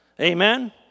Amen